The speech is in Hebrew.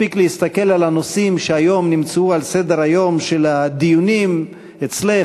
מספיק להסתכל על הנושאים שהיו היום על סדר-היום של הדיונים אצלך,